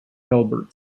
hilbert